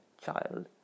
child